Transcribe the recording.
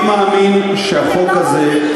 אני מאמין שהחוק הזה,